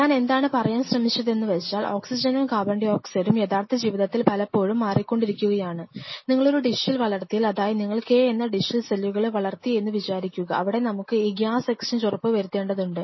ഞാൻ എന്താണ് പറയാൻ ശ്രെമിച്ചതെന്നുവെച്ചാൽ ഓക്സിജനും CO2 ഉം യഥാർത്ഥ ജീവിതത്തിൽ എപ്പോഴും മാറിക്കൊണ്ടിരിക്കുകയാണ് നിങ്ങളൊരു ഡിഷിൽ വളർത്തിയാൽ അതായത് നിങ്ങൾ K എന്ന ഡിഷിൽ സെല്ലുകളെ വളർത്തി എന്ന് വിചാരിക്കുക അവിടെ നമുക്ക് അ ഗ്യാസ് എക്സ്ചേഞ്ച് ഉറപ്പുവരുത്തേണ്ടതുണ്ട്